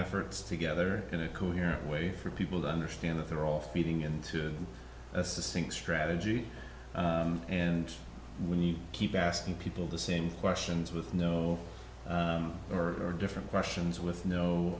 efforts together in a coherent way for people to understand that they're all feeding into a sink strategy and when you keep asking people the same questions with no or different questions with no